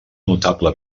notable